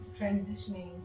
transitioning